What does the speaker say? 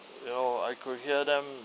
you know I could hear them